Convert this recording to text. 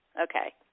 Okay